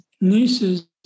nieces